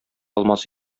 алмас